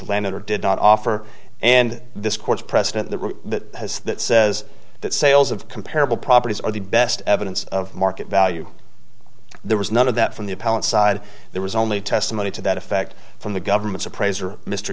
landed or did not offer and this court's precedent that that says that sales of comparable properties are the best evidence of market value there was none of that from the appellate side there was only testimony to that effect from the government's appraiser mr